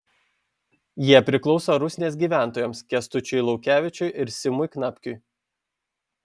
jie priklauso rusnės gyventojams kęstučiui laukevičiui ir simui knapkiui